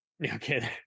Okay